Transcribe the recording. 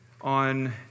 on